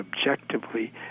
objectively